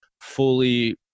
fully